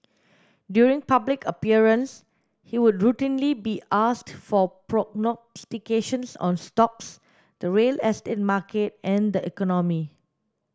during public appearance he would routinely be asked for prognostications on stocks the real estate market and the economy